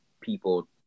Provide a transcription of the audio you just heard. people